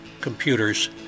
computers